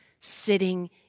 sitting